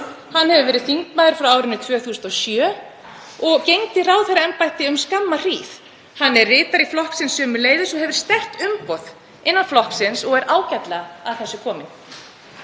Hann hefur verið þingmaður frá árinu 2007 og gegndi ráðherraembætti um skamma hríð. Hann er ritari flokksins sömuleiðis og hefur sterkt umboð innan flokksins og er ágætlega að þessu kominn.“